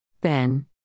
Ben